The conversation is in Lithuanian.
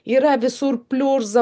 yra visur pliurza